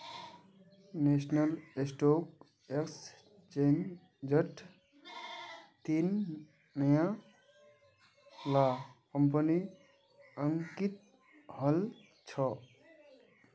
national stock एक्सचेंजट तीन नया ला कंपनि अंकित हल छ